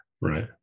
right